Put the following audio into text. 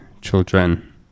children